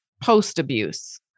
post-abuse